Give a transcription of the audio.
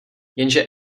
jenže